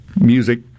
music